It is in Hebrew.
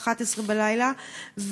23:00,